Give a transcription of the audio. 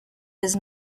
his